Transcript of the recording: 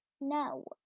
No